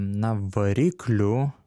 na variklių